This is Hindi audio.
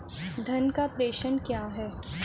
धन का प्रेषण क्या है?